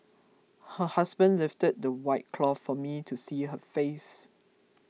her husband lifted the white cloth for me to see her face